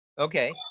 Okay